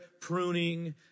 pruning